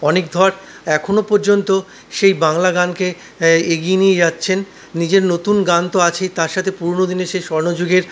অনীক ধর এখনো পর্যন্ত সেই বাংলা গানকে এগিয়ে নিয়ে যাচ্ছেন নিজের নতুন গান তো আছেই তার সঙ্গে সেই পুরোনো দিনের সেই স্বর্ণযুগের